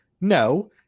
No